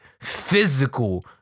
physical